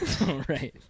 Right